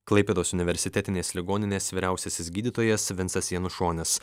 klaipėdos universitetinės ligoninės vyriausiasis gydytojas vincas janušonis